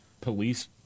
police